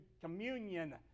communion